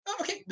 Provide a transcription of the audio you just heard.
Okay